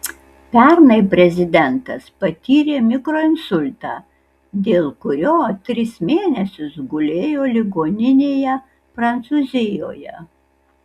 pernai prezidentas patyrė mikroinsultą dėl kurio tris mėnesius gulėjo ligoninėje prancūzijoje